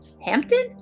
Hampton